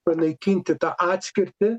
panaikinti tą atskirtį